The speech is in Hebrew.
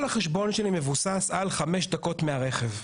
כל החשבון שלי מבוסס על חמש דקות מהרכב,